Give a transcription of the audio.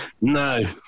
no